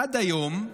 עד היום,